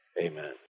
amen